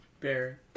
Bear